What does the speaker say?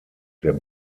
der